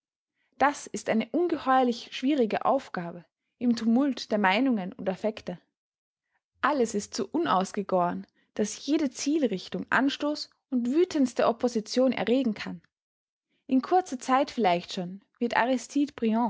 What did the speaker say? das ist eine ungeheuerlich schwierige aufgabe im tumult der meinungen und affekte alles ist so unausgegoren daß jede zielrichtung anstoß und wütendste opposition erregen kann in kurzer zeit vielleicht schon wird